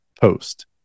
post